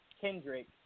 Kendrick